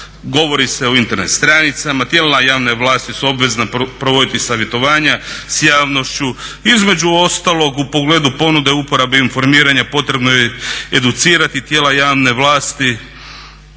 Govori se o Internet stranicama, tijela javne vlasti su obvezna provoditi savjetovanja s javnošću, između ostalog u pogledu ponude uporabe informiranja potrebno je educirati tijela javne vlasti,